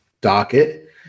docket